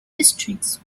districts